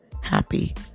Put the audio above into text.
happy